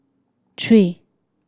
three